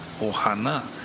ohana